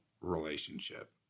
relationship